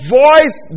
voice